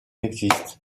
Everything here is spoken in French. existent